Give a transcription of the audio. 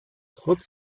trotz